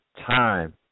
time